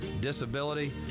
disability